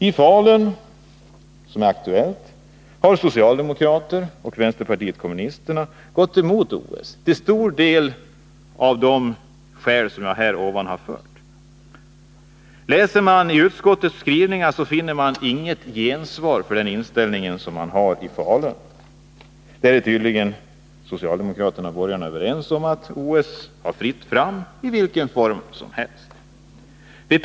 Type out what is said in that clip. I Falun — som är ett aktuellt fall — har socialdemokraterna och vänsterpartiet kommunisterna gått emot att anordna ett OS, till stor del av de skäl som jag här har anfört. I utskottets skrivningar finns inget gensvar för den inställning som man har i Falun. Där är tydligen socialdemokraterna och borgarna överens om att det är fritt fram för OS i vilken form som helst.